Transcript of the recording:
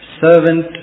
servant